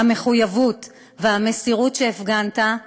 המחויבות והמסירות שהפגנת,